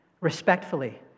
respectfully